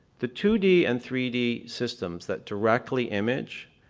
the two d and three d systems that directly image,